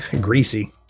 greasy